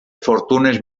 fortunes